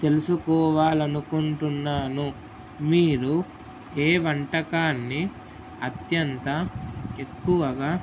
తెలుసుకోవాలి అనుకుంటున్నాను మీరు ఏ వంటకాన్ని అత్యంత ఎక్కువగా